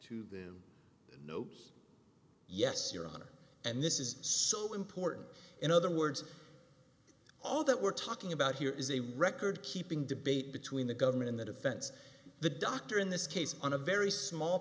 to them know yes your honor and this is so important in other words all that we're talking about here is a record keeping debate between the government in the defense the doctor in this case on a very small